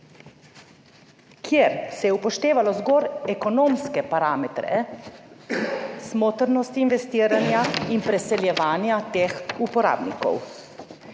kjer se je upoštevalo zgolj ekonomske parametre smotrnosti investiranja in preseljevanja teh uporabnikov.